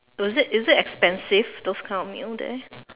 was it is it expensive those kind of meal there